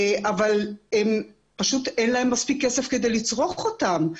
אבל אין להם מספיק כסף כדי לצרוך אותם.